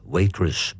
Waitress